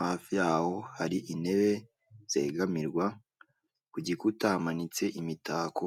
hafi yaho hari intebe zegamirwa ku gikuta hamanitse imitako.